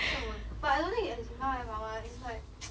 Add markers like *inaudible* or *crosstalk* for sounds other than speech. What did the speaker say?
这样我 but I don't think is eczema eh my [one] is like *noise*